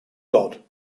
god